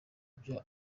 ibyo